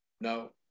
no